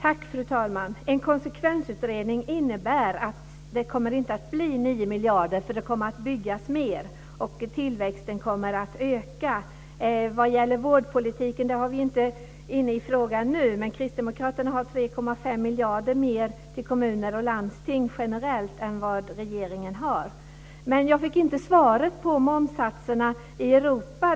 Fru talman! En konsekvensutredning innebär att det inte kommer att bli 9 miljarder kronor, för det kommer att byggas mer och tillväxten kommer att öka. Vad gäller vårdpolitiken så är vi inte inne på den frågan nu, men Kristdemokraterna har 3,5 miljarder kronor mer till kommuner och landsting generellt än vad regeringen har. Jag fick inte svaret på frågan om momssatserna i Europa.